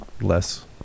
less